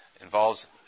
involves